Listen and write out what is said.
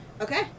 Okay